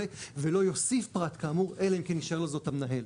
ולא יוסיף פרט כאמור אלא אם כן יאשר לו זאת המנהל.